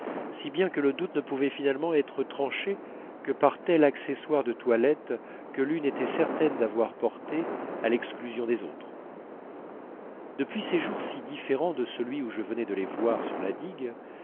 si bien que le doute ne pouvait finalement être tranché que par tel accessoire de toilette que l'une était certaine d'avoir porté à l'exclusion des autres depuis ces jours si différents de celui où je venais de les voir sur la digue